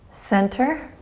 center,